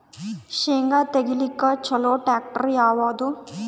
ಶೇಂಗಾ ತೆಗಿಲಿಕ್ಕ ಚಲೋ ಟ್ಯಾಕ್ಟರಿ ಯಾವಾದು?